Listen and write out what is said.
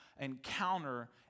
encounter